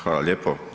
Hvala lijepo.